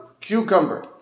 cucumber